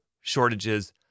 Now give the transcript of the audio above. shortages